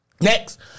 Next